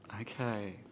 Okay